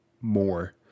more